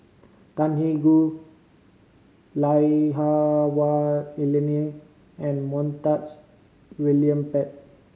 Tan Eng Hah Wah Elena and Montague William Pett